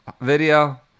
video